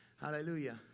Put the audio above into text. Hallelujah